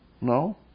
No